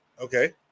Okay